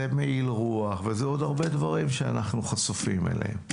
זה גם מעיל רוח אבל זה עוד הרבה דברים שאנחנו חשופים להם.